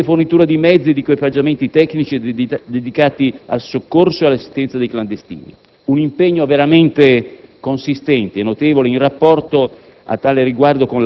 Una consistente fornitura di mezzi ed equipaggiamenti tecnici dedicati al soccorso e all'assistenza dei clandestini. Un impegno veramente consistente e notevole in rapporto